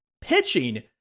Pitching